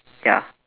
ya